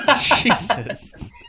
Jesus